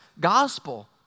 gospel